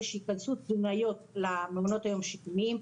שייכנסו תזונאיות למעונות היום השיקומיים,